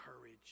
courage